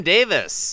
Davis